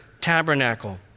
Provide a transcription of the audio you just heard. tabernacle